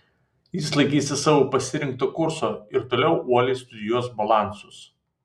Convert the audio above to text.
jis laikysis savo pasirinkto kurso ir toliau uoliai studijuos balansus